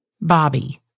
Bobby